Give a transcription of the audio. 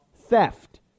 theft